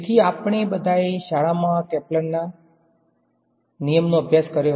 તેથી આપણે બધાએ શાળામાં આ કેપ્લરના નિયમનો અભ્યાસ કર્યો